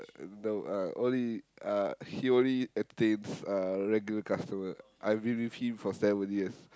uh no uh only uh he only entertains uh regular customer I've been with him for seven years